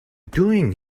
doing